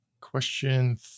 Question